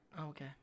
Okay